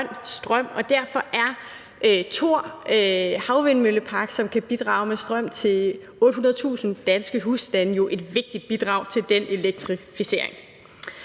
strøm, og derfor er Thor Havvindmøllepark, som kan bidrage med strøm til 800.000 danske husstande, et vigtigt bidrag til den elektrificering.